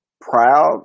proud